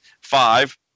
five